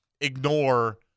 ignore